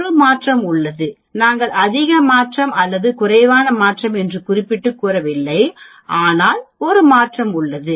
ஒரு மாற்றம் உள்ளது நாங்கள் அதிக மாற்றம் அல்லது குறைவான மாற்றம் என்று குறிப்பிட்டுக் கூறவில்லை ஆனால் ஒரு மாற்றம் உள்ளது